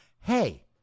Hey